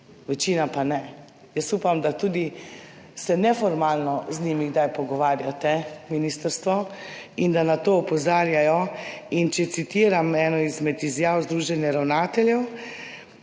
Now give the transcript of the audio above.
večina pa ne. Jaz upam, da se tudi neformalno z njimi kdaj pogovarjate, ministrstvo, in da na to opozarjajo. Če citiram eno izmed izjav Združenja ravnateljev: